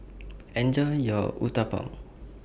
Enjoy your Uthapam